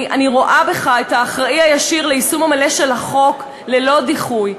אני רואה בך את האחראי הישיר ליישום המלא של החוק ללא דיחוי,